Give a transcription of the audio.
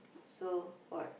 so what